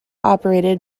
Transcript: operated